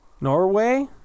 Norway